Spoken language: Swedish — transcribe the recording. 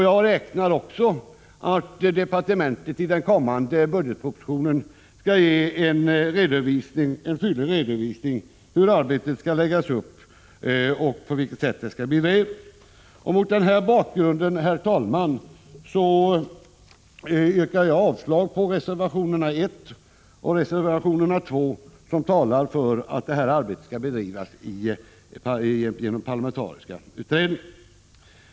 Jag räknar också med att departementet i den kommande budgetpropositionen skall ge en fyllig redovisning av hur arbetet skall läggas upp och på vilket sätt det skall bedrivas. Mot den här bakgrunden, herr talman, yrkar jag avslag på reservationerna 1 och 2, i vilka det talas om att arbetet skall bedrivas i parlamentariska utredningar.